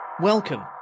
welcome